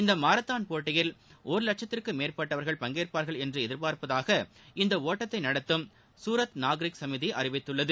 இந்த மாரத்தான் போட்டியில் ஒரு வட்சத்திற்கும் மேற்பட்டவர்கள் பங்கேற்பார்கள் என்று எதிர்பார்ப்பதாக இந்த ஒட்டத்தை நடத்தும் சூரத் நாக்ரிக் சமிதி அறிவித்துள்ளது